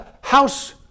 house